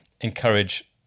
encourage